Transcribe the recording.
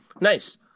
Nice